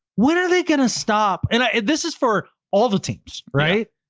what are they going to stop? and i, this is for all the teams, right?